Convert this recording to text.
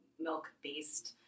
milk-based